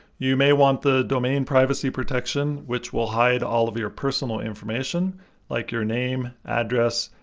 you may want the domain privacy protection which will hide all of your personal information like your name, address,